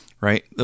Right